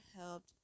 helped